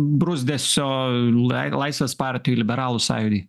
bruzdesio laisvės partijoj liberalų sąjūdy